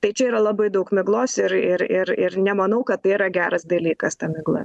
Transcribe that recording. tai čia yra labai daug miglos ir ir ir ir nemanau kad tai yra geras dalykas ta migla